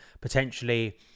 potentially